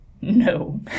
No